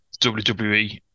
WWE